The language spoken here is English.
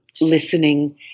listening